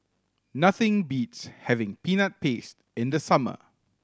nothing beats having Peanut Paste in the summer